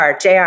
JR